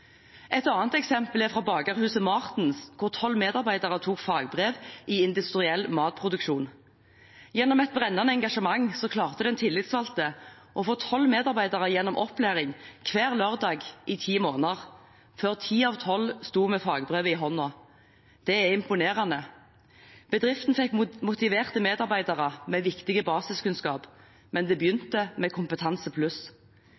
Et annet eksempel er fra Bakehuset Martens hvor tolv medarbeidere tok fagbrev i industriell matproduksjon. Gjennom et brennende engasjement klarte den tillitsvalgte å få tolv medarbeidere gjennom opplæring hver lørdag i ti måneder, før ti av tolv sto med fagbrev i hånden. Det er imponerende. Bedriften fikk motiverte medarbeidere med viktig basiskunnskap. Det